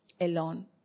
alone